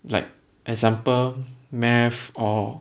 like example math or